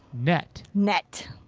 net. net.